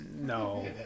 No